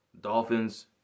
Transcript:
Dolphins